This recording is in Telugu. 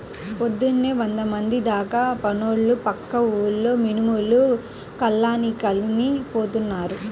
పొద్దున్నే వందమంది దాకా పనోళ్ళు పక్క ఊర్లో మినుములు కల్లానికని పోతున్నారు